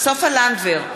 סופה לנדבר,